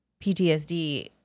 PTSD